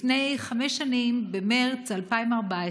לפני חמש שנים, במרץ 2014,